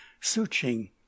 searching